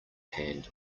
hand